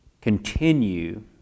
continue